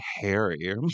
hairy